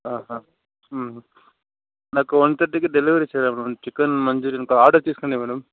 నాకు వన్ థర్టీకి డెలివరీ చెయ్యాలి మేడం చికెన్ మంచూరియన్ ఆర్డర్ తీసుకోండి మేడం